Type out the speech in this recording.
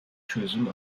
çözüm